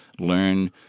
learn